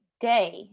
day